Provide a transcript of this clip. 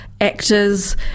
actors